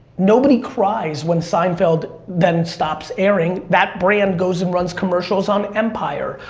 nobody cries when seinfeld then stops airing. that brand goes and runs commercials on empire,